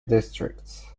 districts